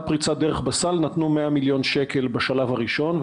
פריצת דרך בסל ונתנו 100 מיליון שקל בשלב הראשון,